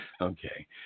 Okay